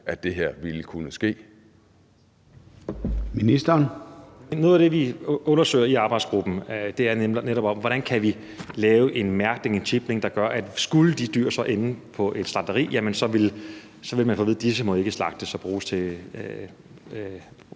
at det her ville kunne ske?